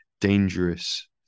dangerous